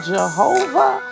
Jehovah